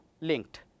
linked